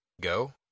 go